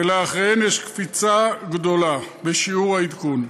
ולאחריהן ישנה קפיצה גדולה בשיעור העדכון.